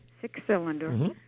six-cylinder